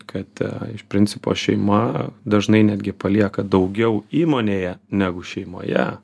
kad iš principo šeima dažnai netgi palieka daugiau įmonėje negu šeimoje